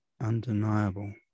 undeniable